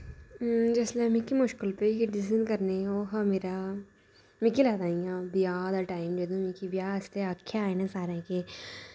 जिसलै मिकी मुश्कल पेई ही डिसिशन करने दी ओह् हा मेरा मिकी लगदा इयां ब्याह् दा टाइम जदूं मिकी ब्याह् आस्तै आखेया इ'नें सारें के